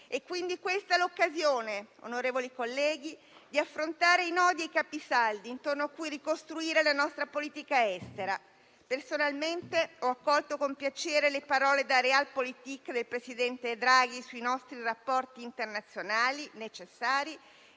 È quindi questa l'occasione, onorevoli colleghi, di affrontare i nodi e i capisaldi intorno a cui ricostruire la nostra politica estera. Personalmente ho accolto con piacere le parole da *realpolitik* del presidente Draghi sui nostri rapporti internazionali necessari